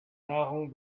nahrung